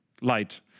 light